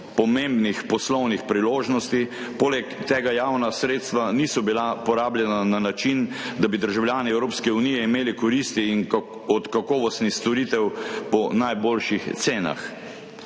pomembnih poslovnih priložnosti, poleg tega javna sredstva niso bila porabljena na način, da bi državljani Evropske unije imeli koristi od kakovostnih storitev po najboljših cenah.